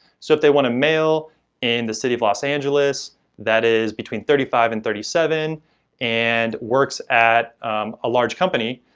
so if they want a male in the city of los angeles that is between thirty five and thirty seven and works at a large company,